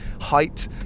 height